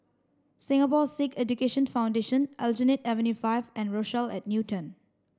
Singapore Sikh Education Foundation Aljunied Avenue five and Rochelle at Newton